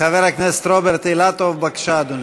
חבר הכנסת רוברט אילטוב, בבקשה, אדוני.